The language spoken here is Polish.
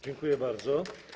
Dziękuję bardzo.